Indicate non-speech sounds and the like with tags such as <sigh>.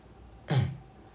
<noise>